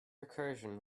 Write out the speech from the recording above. recursion